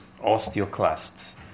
osteoclasts